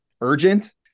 urgent